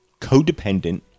codependent